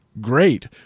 great